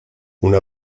una